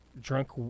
drunk